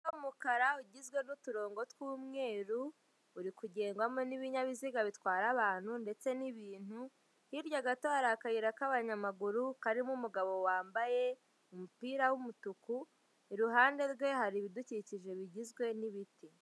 Inzu iherereye mu mujyi wa Kigali igurishwa amafaranga y'u Rwanda miliyoni mirongo irindwi n'eshanu igaragara icyumba k'isuku n'umuryango imbere ufite ibirahuri.